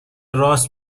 راست